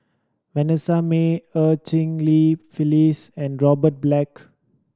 Vanessa Mae Eu Cheng Li Phyllis and Robert Black